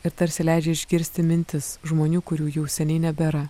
ir tarsi leidžia išgirsti mintis žmonių kurių jau seniai nebėra